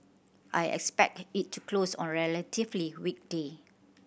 I expect it to close on relatively weak day